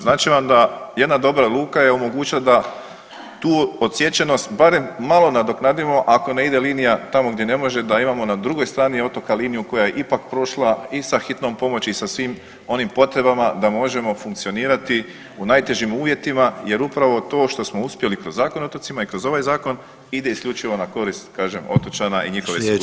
Znači vam da jedna dobra luka je omogućila da tu odsječenost barem malo nadoknadimo ako ne ide linija tamo gdje ne može da imamo na drugoj strani otoka liniju koja je ipak prošla i sa hitnom pomoći i sa svim onim potrebama da možemo funkcionirati u najtežim uvjetima jer upravo to što smo uspjeli kroz Zakon o otocima i kroz ovaj zakon ide isključivo na korist kažem otočana i njihove sigurnosti koliko je to moguće.